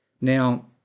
Now